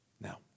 Now